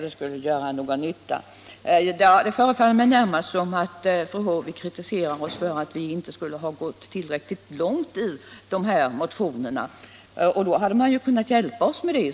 Det förefaller mig närmast som om fru Håvik kritiserar oss för att vi inte skulle ha gått tillräckligt långt i dessa motioner. Men då hade man väl i så fall kunnat hjälpa oss med det!